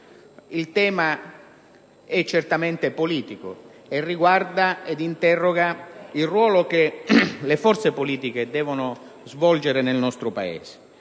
il tema è certamente politico; esso riguarda il ruolo che le forze politiche devono svolgere nel nostro Paese.